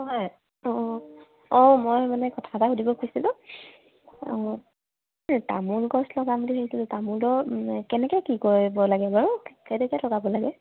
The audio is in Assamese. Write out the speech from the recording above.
হয় তো অ মই মানে কথা এটা সুধিব খুজিছিলোঁ অ এই তামোল গছ লগাম বুলি ভাবিছোঁ তামোলৰ কেনেকৈ কি কৰে কৰিব লাগে বাৰু কেনেকৈ লগাব লাগে